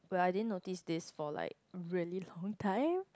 well I didn't notice this for like really long time